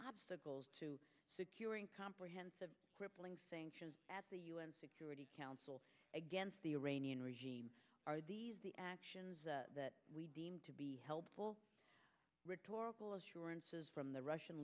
obstacles to securing comprehensive crippling sanctions at the u n security council against the iranian regime are the actions that we deem to be helpful rhetorical assurances from the russian